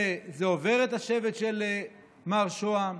וזה עובר את השבט של מר שהם,